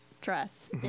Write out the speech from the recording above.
dress